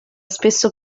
spesso